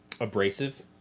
abrasive